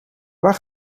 waar